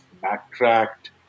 backtracked